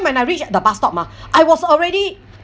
when I reached the bus stop ah I was already